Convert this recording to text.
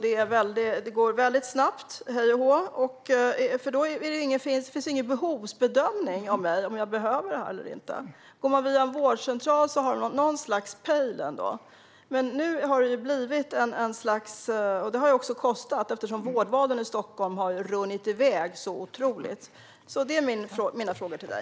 Det går väldigt snabbt, hej och hå, för det finns ingen behovsbedömning av om jag behöver det här eller inte. Går man via en vårdcentral finns det någon sorts pejl. Det har också kostat eftersom vårdvalen i Stockholm har runnit iväg så otroligt. Det är mina frågor till dig.